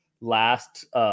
last